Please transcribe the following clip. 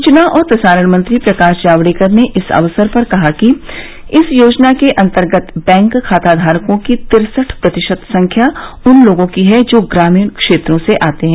सूचना और प्रसारण मंत्री प्रकाश जावडेकर ने इस अवसर पर कहा है कि इस योजना के अंतर्गत बैंक खाताधारकों की तिरसठ प्रतिशत संख्या उन लोगों की है जो ग्रमीण क्षेत्रों से आते हैं